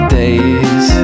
days